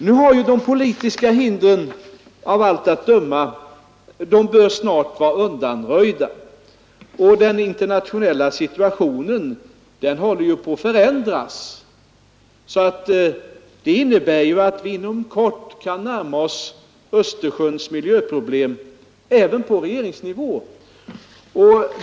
Nu lär de politiska hindren av allt att döma snart vara undanröjda, och den internationella situationen håller på att förändras. Det innebär ju att vi inom kort kan närma oss Östersjöns miljöproblem även på regeringsnivå.